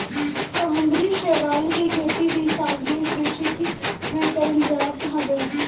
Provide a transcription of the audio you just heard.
समुंदरी शैवाल के खेती भी सागरीय कृषि में कईल जात हवे